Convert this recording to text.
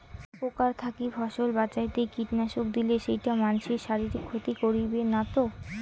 পোকার থাকি ফসল বাঁচাইতে কীটনাশক দিলে সেইটা মানসির শারীরিক ক্ষতি করিবে না তো?